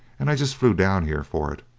and i just flew down here for it.